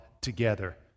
together